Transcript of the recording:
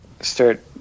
start